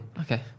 Okay